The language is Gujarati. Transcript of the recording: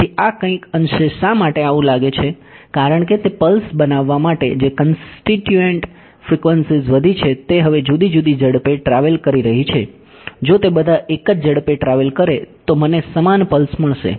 તેથી આ કંઈક અંશે શા માટે આવું લાગે છે કારણ કે તે પલ્સ બનાવવા માટે જે કંસ્ટીટ્યુએંટ ફ્રીક્વન્સીઝ વધી છે તે હવે જુદી જુદી ઝડપે ટ્રાવેલ કરી રહી છે જો તે બધા એક જ ઝડપે ટ્રાવેલ કરે તો મને સમાન પલ્સ મળશે